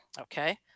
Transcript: okay